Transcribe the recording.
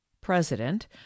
president